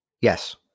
Yes